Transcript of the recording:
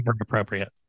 appropriate